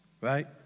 Right